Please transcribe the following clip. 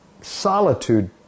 solitude